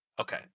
Okay